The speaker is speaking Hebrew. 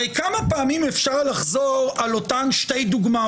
הרי כמה פעמים אפשר לחזור על אותן שתיים,